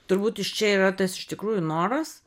turbūt iš čia yra tas iš tikrųjų noras